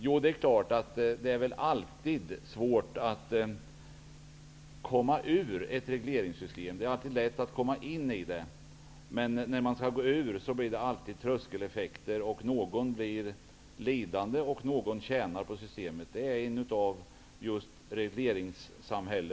Jo, det är klart att det väl alltid är svårt att komma ur ett regleringssystem -- däremot är det lätt att komma in i ett sådant. När man är på väg ut ur ett regleringssamhälle, blir det alltid tröskeleffekter. Någon blir lidande, och någon tjänar på systemet. Just det är en av avigsidorna i ett regleringssamhälle.